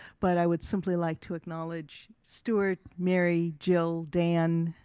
but i would simply like to acknowledge stuart, mary, jill, dan,